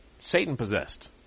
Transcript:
Satan-possessed